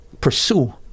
pursue